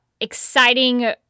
exciting